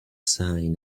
sign